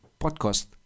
podcast